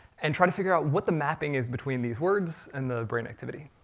and try to figure out what the mapping is between these words and the brain activity,